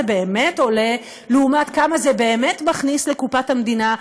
באמת עולה לעומת כמה זה באמת מכניס לקופת המדינה,